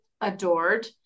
adored